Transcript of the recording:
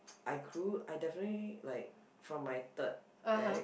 I grew I definitely like from my third ex